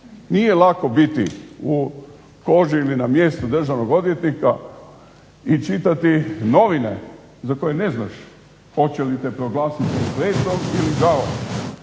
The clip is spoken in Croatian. Nije lako biti u koži ili na mjestu državnog odvjetnika i čitati novine za koje ne znaš hoće li te proglasiti …/Ne razumije se./…,